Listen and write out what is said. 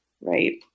right